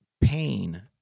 pain